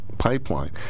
pipeline